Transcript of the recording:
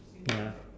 ya